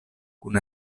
kun